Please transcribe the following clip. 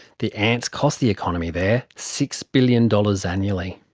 the ants cost the economy there six billion dollars annually.